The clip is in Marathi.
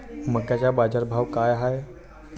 मक्याचा बाजारभाव काय हाय?